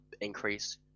increase